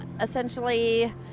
essentially